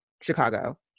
chicago